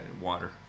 Water